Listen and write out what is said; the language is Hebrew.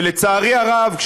ולצערי הרב,